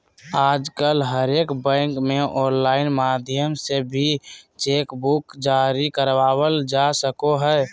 आजकल हरेक बैंक मे आनलाइन माध्यम से भी चेक बुक जारी करबावल जा सको हय